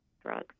drugs